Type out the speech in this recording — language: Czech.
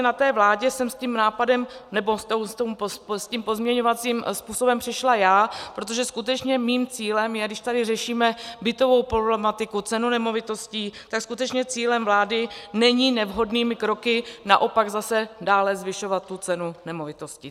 Na té vládě jsem s tím nápadem, nebo s tím pozměňovacím způsobem přišla já, protože skutečně mým cílem je, když tady řešíme bytovou problematiku, cenu nemovitostí, tak skutečně cílem vlády není nevhodnými kroky naopak zase dále zvyšovat cenu nemovitostí.